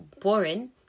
boring